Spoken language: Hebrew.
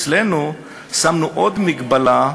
אצלנו שמנו עוד מגבלה,